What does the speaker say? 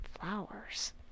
flowers